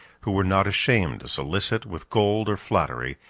who were not ashamed to solicit, with gold or flattery,